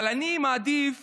אבל לפחות